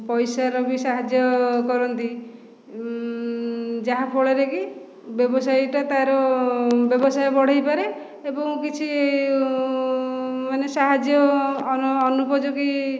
ପଇସାର ବି ସାହାଯ୍ୟ କରନ୍ତି ଯାହା ଫଳରେ କି ବ୍ଯବସାୟୀଟା ତାର ବ୍ୟବସାୟ ବଢ଼ାଇପାରେ ଏବଂ କିଛି ମାନେ ସାହାଯ୍ୟ ଅନୁପଯୋଗୀ